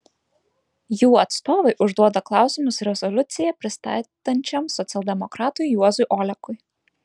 jų atstovai užduoda klausimus rezoliuciją pristatančiam socialdemokratui juozui olekui